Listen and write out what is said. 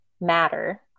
matter